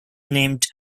named